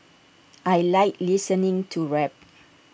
I Like listening to rap